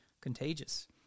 contagious